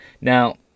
Now